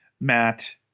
Matt